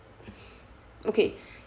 okay